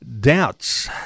doubts